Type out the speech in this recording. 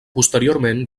posteriorment